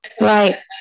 Right